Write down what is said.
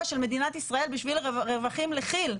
של מדינת ישראל בשביל רווחים לכיל?